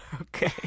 okay